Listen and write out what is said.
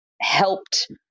helped